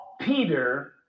Peter